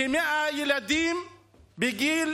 כ-100 ילדים בגיל